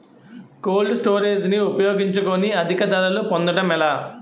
Cold storage ని ఉపయోగించుకొని అధిక ధరలు పొందడం ఎలా?